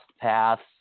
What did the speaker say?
paths